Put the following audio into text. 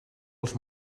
els